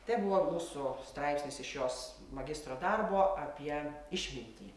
tai buvo mūsų straipsnis iš jos magistro darbo apie išmintį